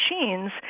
machines